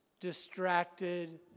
Distracted